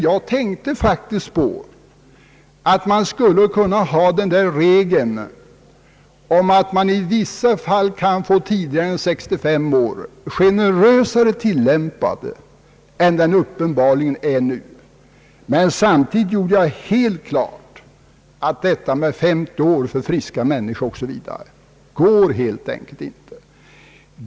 Jag tänkte faktiskt på att regeln om att man i vissa fall kunde få gå tidigare än vid 65 år skulle kunna tillämpas generösare än som nu uppenbarligen sker. Samtidigt gjorde jag helt klart att en pensionsålder på 50 år för friska människor helt enkelt inte går.